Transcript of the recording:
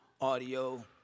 audio